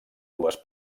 dues